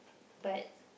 but